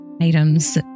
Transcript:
items